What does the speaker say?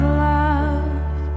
love